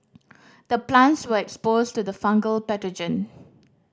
the plants were exposed to the fungal pathogen